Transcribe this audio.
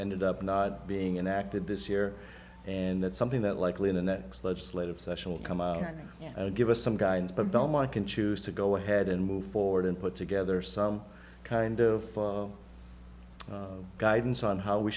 ended up not being enacted this year and that's something that likely in the next legislative session will come out give us some guidance but don't know i can choose to go ahead and move forward and put together some kind of guidance on how we